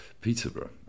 Peterborough